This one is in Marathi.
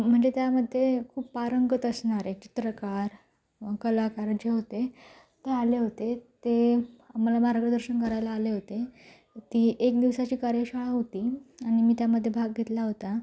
म्हणजे त्यामध्ये खूप पारंगत असणारे चित्रकार कलाकार जे होते ते आले होते ते आम्हाला मार्गदर्शन करायला आले होते ती एक दिवसाची कार्यशाळा होती आणि मी त्यामध्ये भाग घेतला होता